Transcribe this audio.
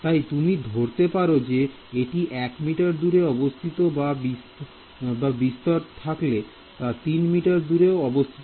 তাই তুমি ধরতে পারো যে এটি 1 মিটার দূরে অবস্থিত বা বস্তুর থেকে 3 মিটার দূরে অবস্থিত